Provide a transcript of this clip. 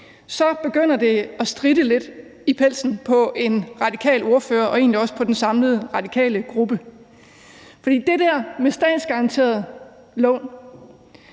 begyndte det at stritte lidt i pelsen på mig som radikal ordfører og egentlig også på den samlede radikale gruppe. Det der med statsgaranterede lån